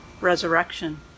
resurrection